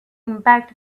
impact